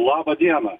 laba diena